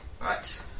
Right